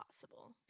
possible